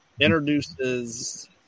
introduces